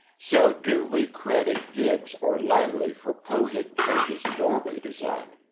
so do we credit gibbs or langley for pohick church's doorway design,